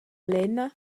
lenna